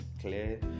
clear